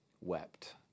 wept